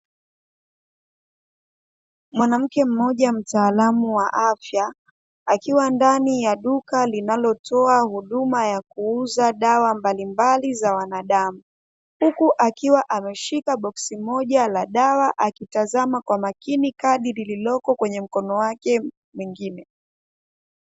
Mwanamke mmoja mtaalamu wa afya, akiwa ndani ya duka linalotoa huduma ya kuuza wa dawa mbalimbali za wanadamu. Huku akiwa ameshika boksi moja la dawa, akitazama kwa makini kadi lililoko kwenye mkono wake mwingine.